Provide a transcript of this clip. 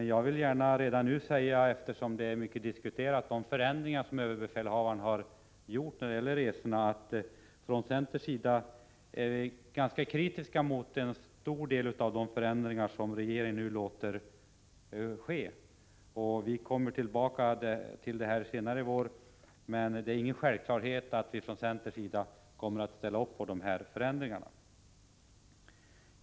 Jag vill emellertid redan nu säga, eftersom de förändringar när det gäller resorna som överbefälhavaren har föreslagit är mycket diskuterade, att vi inom centern är ganska kritiska till en stor del av de förändringar som regeringen nu ställer sig bakom. Vi kommer tillbaka till denna fråga senare under våren, och jag vill säga att det inte är någon självklarhet att vi från centern kommer att ställa oss bakom de föreslagna förändringarna.